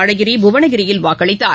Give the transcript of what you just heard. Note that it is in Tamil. ஆழகிரி புவனகிரியில் வாக்களித்தார்